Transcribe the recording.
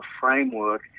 framework